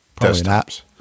desktops